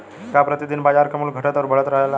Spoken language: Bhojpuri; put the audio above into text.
का प्रति दिन बाजार क मूल्य घटत और बढ़त रहेला?